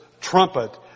trumpet